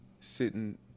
sitting